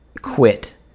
quit